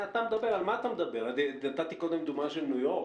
נתתי קודם דוגמא של ניו יורק.